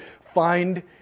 find